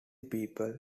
people